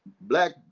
black